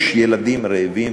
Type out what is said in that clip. יש ילדים רעבים,